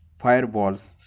firewalls